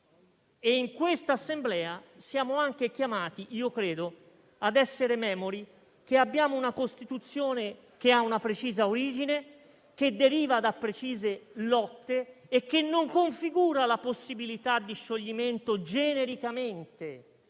in questa Assemblea siamo anche chiamati ad essere memori che abbiamo una Costituzione che ha una precisa origine, che deriva da precise lotte e che non configura la possibilità di scioglimento genericamente